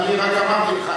אני רק אמרתי לך,